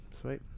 Sweet